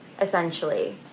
essentially